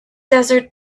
desert